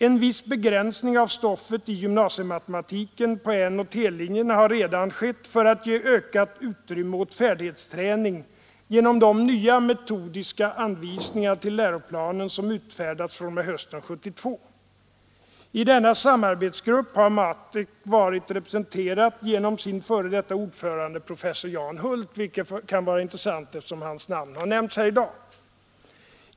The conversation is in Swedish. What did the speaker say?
En viss förbättring av stoffet i gymnasiematematiken på N och T-linjerna har redan skett för att ge ökat utrymme åt färdighetsträning genom de nya metodiska anvisningar till läroplanen som har utfärdats från och med hösten 1972. I denna samarbetsgrupp har MATEK varit representerad av sin före detta ordförande professor Jan Hult, vilket kan vara intressant att notera eftersom hans namn har nämnts här i dag.